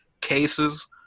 cases